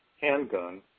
handgun